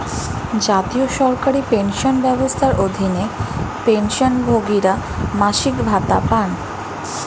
জাতীয় সরকারি পেনশন ব্যবস্থার অধীনে, পেনশনভোগীরা মাসিক ভাতা পান